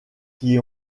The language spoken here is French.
qui